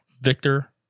Victor